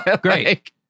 Great